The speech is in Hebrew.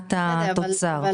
מבחינת התוצר.